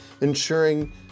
ensuring